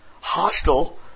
hostile